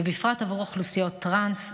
ובפרט עבור אוכלוסיות טרנס,